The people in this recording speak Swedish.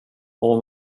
och